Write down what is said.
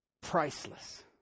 Priceless